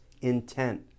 intent